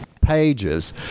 pages